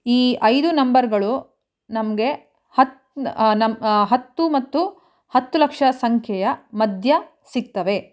ಈ ಐದು ನಂಬರುಗಳು ನಮಗೆ ಹತ್ತು ನಮ್ಮ ಹತ್ತು ಮತ್ತು ಹತ್ತು ಲಕ್ಷ ಸಂಖ್ಯೆಯ ಮಧ್ಯ ಸಿಕ್ತವೆ